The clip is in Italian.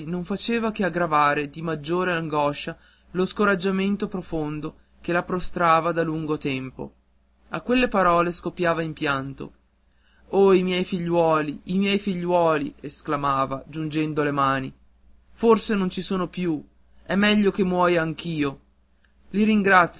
non faceva che aggravare di maggior ansia lo scoraggiamento profondo che la prostrava da lungo tempo a quelle parole scoppiava in un pianto oh i miei figliuoli i miei figliuoli esclamava giungendo le mani forse non ci sono più è meglio che muoia anch io i ringrazio